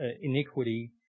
iniquity